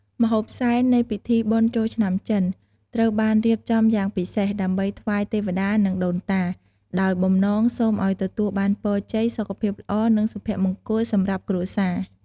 ម្ហូបសែន នៃពិធីបុណ្យចូលឆ្នាំចិន ត្រូវបានរៀបចំយ៉ាងពិសេស ដើម្បីថ្វាយទេវតានិងដូនតា ដោយបំណងសូមឲ្យទទួលបានពរជ័យ សុខភាពល្អ និងសុភមង្គលសម្រាប់គ្រួសារ។